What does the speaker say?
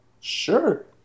Sure